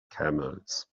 camels